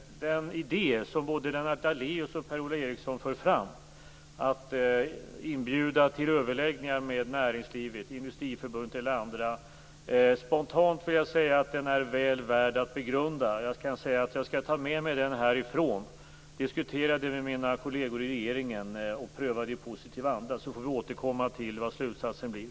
En idé som både Lennart Daléus och Per-Ola Eriksson för fram är att inbjuda till överläggningar med näringslivet, Industriförbundet eller andra. Spontant vill jag säga att idén är väl värd att begrunda. Jag skall ta med mig den härifrån, diskutera med mina kolleger i regeringen och pröva förslaget i positiv anda. Vi får återkomma till vilken slutsatsen blir.